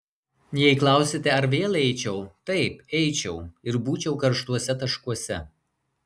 jei klausiate ar vėl eičiau taip eičiau ir būčiau karštuose taškuose